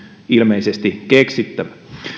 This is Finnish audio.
ilmeisesti keksittävä